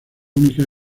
únicas